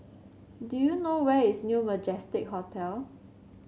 do you know where is New Majestic Hotel